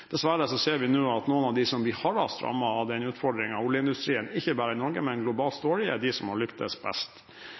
Dessverre ser vi nå at noen av dem som blir hardest rammet av den utfordringen oljeindustrien – ikke bare i Norge, men også globalt – står i, er de som har lyktes best